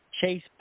Chase